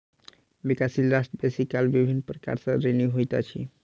विकासशील राष्ट्र बेसी काल विभिन्न प्रकार सँ ऋणी होइत अछि